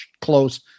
close